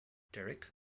derek